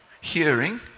hearing